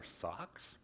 socks